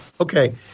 Okay